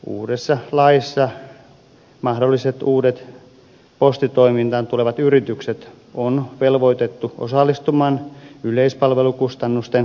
uudessa laissa mahdolliset uudet postitoimintaan tulevat yritykset on velvoitettu osallistumaan yleispalvelukustannusten kattamiseen